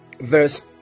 verse